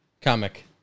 comic